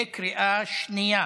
בקריאה שנייה.